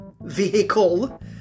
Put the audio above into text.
vehicle